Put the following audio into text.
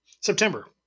September